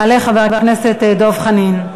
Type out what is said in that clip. יעלה חבר הכנסת דב חנין.